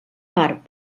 part